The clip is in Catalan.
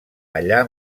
allà